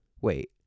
Wait